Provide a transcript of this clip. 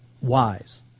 wise